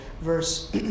Verse